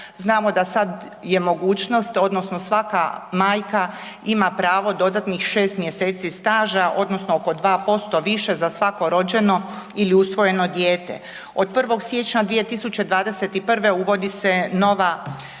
znamo da sad je mogućnost odnosno svaka majka ima pravo dodatnih 6 mjeseci staža odnosno oko 2% više za svako rođeno ili usvojeno dijete, od 01. siječnja 2021. uvodi se nova, novi